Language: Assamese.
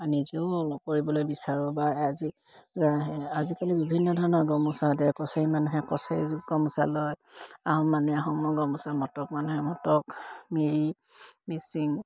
নিজেও অলপ কৰিবলৈ বিচাৰোঁ বা আজি আজিকালি বিভিন্ন ধৰণৰ গামোচাতে কছাৰী মানুহে কছাৰী গামোচা লয় আহোম মানুহে অসমৰ গামোচা মটক মানুহে মটক মিৰি মিচিং